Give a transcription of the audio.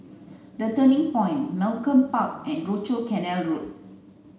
the Turning Point Malcolm Park and Rochor Canal Road